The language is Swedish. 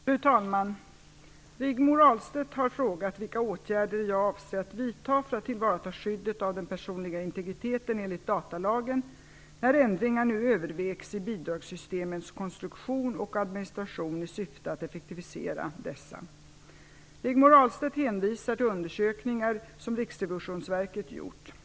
Fru talman! Rigmor Ahlstedt har frågat vilka åtgärder jag avser att vidta för att tillvarata skyddet av den personliga integriteten enligt datalagen när ändringar nu övervägs i bidragssystemens konstruktion och administration i syfte att effektivisera dessa. Rigmor Ahlstedt hänvisar till undersökningar som Riksrevisionsverket gjort.